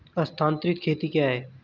स्थानांतरित खेती क्या है?